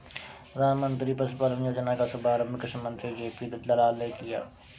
प्रधानमंत्री पशुपालन योजना का शुभारंभ कृषि मंत्री जे.पी दलाल ने किया